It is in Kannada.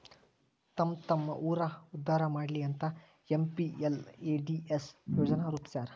ತಮ್ಮ್ತಮ್ಮ ಊರ್ ಉದ್ದಾರಾ ಮಾಡ್ಲಿ ಅಂತ ಎಂ.ಪಿ.ಎಲ್.ಎ.ಡಿ.ಎಸ್ ಯೋಜನಾ ರೂಪ್ಸ್ಯಾರ